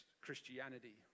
Christianity